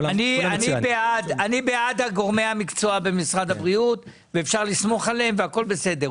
אני בעד גורמי המקצוע במשרד הבריאות; אפשר לסמוך עליהם והכל בסדר,